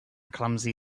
clumsy